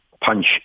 punch